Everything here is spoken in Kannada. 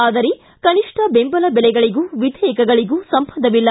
ಆದರೆ ಕನಿಷ್ಠ ಬೆಂಬಲ ಬೆಲೆಗಳಿಗೂ ವಿಧೇಯಕಗಳಗೂ ಸಂಬಂಧವಿಲ್ಲ